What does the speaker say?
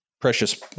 precious